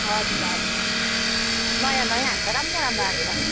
हजुर हजुर नयाँ नयाँ आएको छ राम्रो राम्रो आएको छ